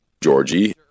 Georgie